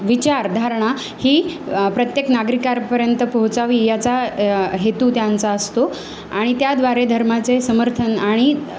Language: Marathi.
विचारधारणा ही प्रत्येक नागरिकांपर्यंत पोहोचावी याचा हेतू त्यांचा असतो आणि त्याद्वारे धर्माचे समर्थन आणि